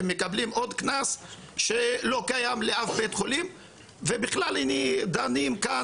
הם מקבלים עוד קנס שלא קיים לאף בית חולים ובכלל דנים כאן,